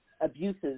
abuses